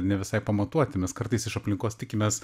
ne visai pamatuoti mes kartais iš aplinkos tikimės